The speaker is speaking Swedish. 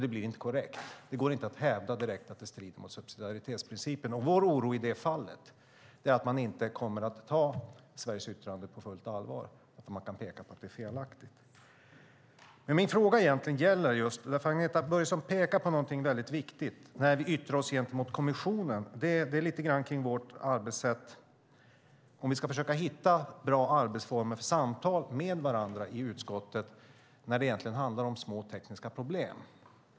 Det blir inte korrekt. Det går inte att direkt hävda att det strider mot subsidiaritetsprincipen, och vår oro i det fallet är att man inte kommer att ta Sveriges yttrande på fullt allvar om man kan peka på att det är felaktigt. Min fråga utgår egentligen från att Agneta Börjesson pekar på någonting väldigt viktigt när vi yttrar oss gentemot kommissionen. Det handlar lite grann om vårt arbetssätt, att vi ska försöka hitta bra arbetsformer för samtal med varandra i utskottet när det egentligen handlar om små tekniska problem.